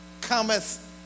cometh